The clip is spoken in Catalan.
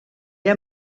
era